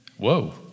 Whoa